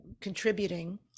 contributing